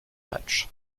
match